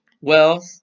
wealth